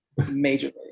majorly